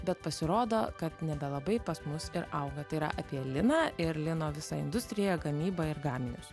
bet pasirodo kad nebelabai pas mus ir auga tai yra apie liną ir lino visą industriją gamybą ir gaminius